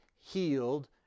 healed